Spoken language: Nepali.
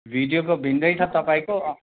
भिडियोको भिन्दै छ तपाईँको